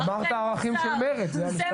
אמרת ערכים של מרצ, זה היה משפט שלך, לא שלי.